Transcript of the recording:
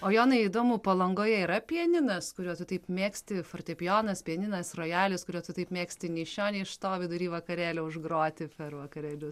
o jonai įdomu palangoje yra pianinas kuriuo tu taip mėgsti fortepijonas pianinas rojalis kuriuo tu taip mėgsti nei iš šio nei iš to vidury vakarėlio užgroti per vakarėlius